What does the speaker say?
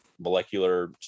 molecular